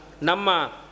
Nama